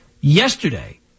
yesterday